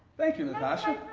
thank you natassha!